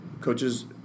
coaches